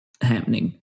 happening